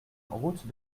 route